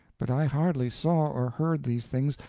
but i hardly saw or heard these things,